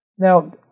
Now